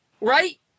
right